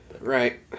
Right